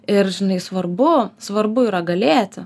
ir žinai svarbu svarbu yra galėti